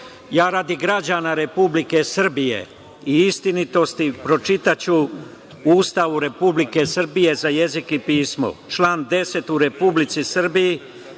odbiju. Radi građana Republike Srbije i istinitosti, pročitaću u Ustavu Republike Srbije za jezik i pismo, član 10. – u Republici Srbiji,